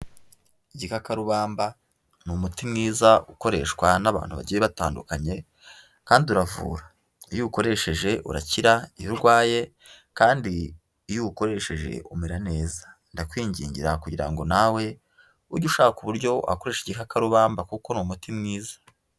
Igikakarubamba ni umuti mwiza, ukoreshwa n'abantu bagiye batandukanye, kandi uravura. Iyo uwukoresheje urakira iyo urwaye, kandi iyo uwukoresheje umera neza. Ndakwingingira kugira ngo nawe, ujye ushaka uburyo wakoresha igikakarubamba kuko ni umuti mwiza.